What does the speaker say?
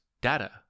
data